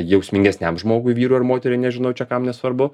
jausmingesniam žmogui vyrui ar moteriai nežinau čia kam nesvarbu